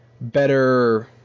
better